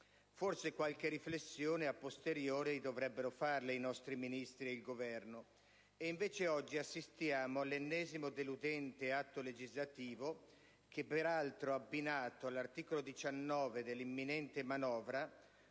Forse, qualche riflessione *a posteriori* dovrebbero farla i nostri Ministri e il Governo. Invece, oggi assistiamo all'ennesimo deludente atto legislativo che, peraltro abbinato all'articolo 19 dell'imminente manovra,